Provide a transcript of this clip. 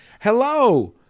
Hello